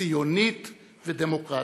ציונית ודמוקרטית.